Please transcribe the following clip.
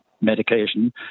medication